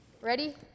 Ready